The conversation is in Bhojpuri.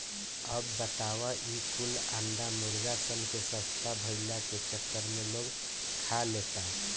अब बताव ई कुल अंडा मुर्गा सन के सस्ता भईला के चक्कर में लोग खा लेता